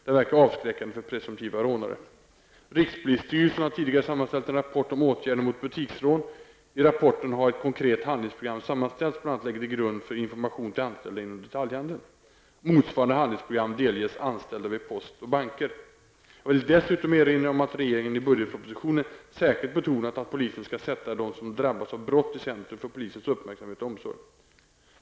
Det verkar avskräckande för presumtiva rånare. Rikspolisstyrelsen har tidigare sammanställt en rapport om åtgärder mot butiksrån . I rapporten har ett konkret handlingsprogram sammanställts som bl.a. ligger till grund för information till anställda inom detaljhandeln. Motsvarande handlingsprogram delges anställda vid post och banker. Jag vill dessutom erinra om att regeringen i budgetpropositionen särskilt betonat att polisen skall sätta dem som drabbats av brott i centrum för polisens uppmärksamhet och omsorg.